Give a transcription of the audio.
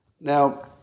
Now